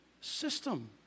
system